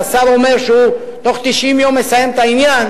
והשר אומר שהוא בתוך 90 יום מסיים את העניין,